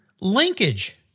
Linkage